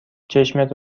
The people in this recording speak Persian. چشمت